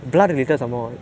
really ah